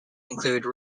include